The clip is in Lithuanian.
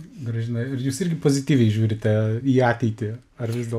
gražina ir jūs irgi pozityviai žiūrite į ateitį ar vis dėl